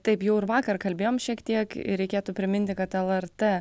taip jau ir vakar kalbėjom šiek tiek ir reikėtų priminti kad lrt